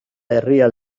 herria